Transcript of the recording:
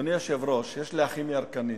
אדוני היושב-ראש, יש לי אחים ירקנים,